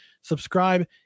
subscribe